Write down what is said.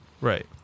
right